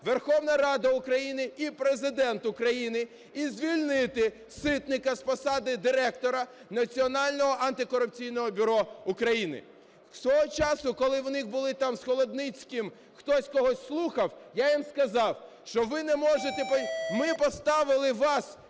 Верховна Рада України і Президент України і звільнити Ситника з посади Директора Національного антикорупційного бюро України. З того часу, коли в них були там з Холодницьким, хтось когось слухав, я їм сказав, що ви не можете… Ми поставили вас